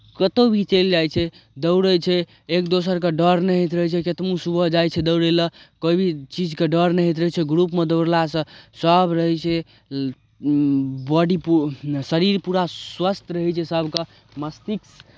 कतहु भी चलि जाइ छै दौड़ै छै एक दोसरके डर नहि होइत रहै छै कितनो सुबह जाइ छै दौड़य लेल कोइ भी चीजके डर नहि होइत रहै छै ग्रुपमे दौड़लासँ सभ रहै छै बॉडी पू शरीर पूरा स्वस्थ रहै छै सभके मस्तिष्क